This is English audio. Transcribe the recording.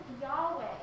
Yahweh